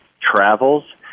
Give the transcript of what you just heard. travels